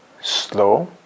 slow